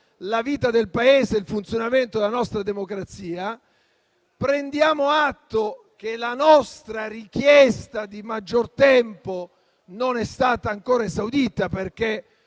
la vita del Paese e il funzionamento della nostra democrazia. Prendiamo atto che la nostra richiesta di maggior tempo non è stata ancora esaudita, perché,